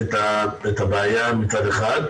את זה בקצרה כדי שנוכל לפנות למשרד החינוך ולמשרד